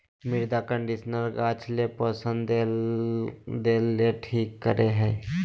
मृदा कंडीशनर गाछ ले पोषण देय ले ठीक करे हइ